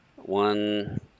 one